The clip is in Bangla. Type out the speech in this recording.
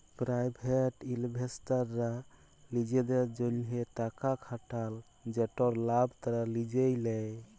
পেরাইভেট ইলভেস্টাররা লিজেদের জ্যনহে টাকা খাটাল যেটর লাভ তারা লিজে লেই